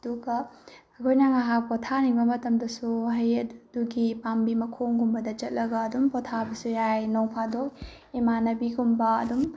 ꯑꯗꯨꯒ ꯑꯩꯈꯣꯏꯅ ꯉꯍꯥꯛ ꯄꯣꯊꯥꯅꯤꯡꯕ ꯃꯇꯝꯗꯁꯨ ꯍꯩ ꯑꯗꯨꯒꯤ ꯄꯥꯝꯕꯤ ꯃꯈꯣꯡꯒꯨꯝꯕꯗ ꯆꯠꯂꯒ ꯑꯗꯨꯝ ꯄꯣꯊꯥꯕꯁꯨ ꯌꯥꯏ ꯅꯣꯡꯐꯥꯗꯣꯛ ꯏꯃꯥꯟꯅꯕꯤꯒꯨꯝꯕ ꯑꯗꯨꯝ